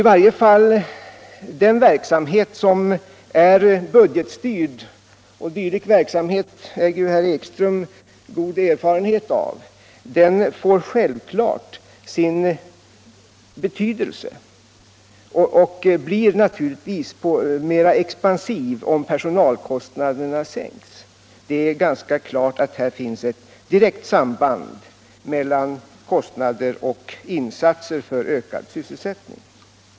I varje fall den verksamhet som är budgetstyrd —- och sådan verksamhet har ju herr Ekström god erfarenhet av — blir självfallet mera expansiv om personalkostnaderna sänks. Det är ganska klart att här finns det ett direkt samband mellan kostnader och insatser för ökad sysselsättning.